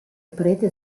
prede